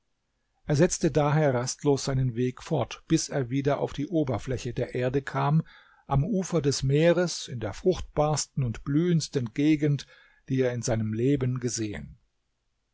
er setzte daher rastlos seinen weg fort bis er wieder auf die oberfläche der erde kam am ufer des meeres in der fruchtbarsten und blühendsten gegend die er in seinem leben gesehen